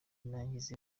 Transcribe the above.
inangiza